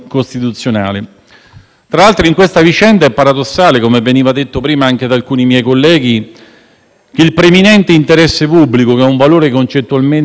che il preminente interesse pubblico, che è un valore concettualmente rilevante ed importante, venga di fatto a coincidere con l'interesse della coalizione di maggioranza,